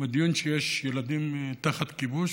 מדיון על כך שיש ילדים תחת כיבוש.